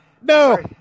No